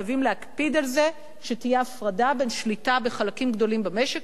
חייבים להקפיד על זה שתהיה הפרדה בין שליטה בחלקים גדולים במשק